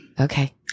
Okay